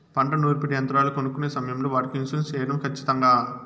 పంట నూర్పిడి యంత్రాలు కొనుక్కొనే సమయం లో వాటికి ఇన్సూరెన్సు సేయడం ఖచ్చితంగా?